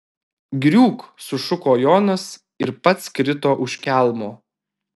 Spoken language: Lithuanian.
griūk sušuko jonas ir pats krito už kelmo